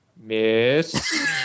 Miss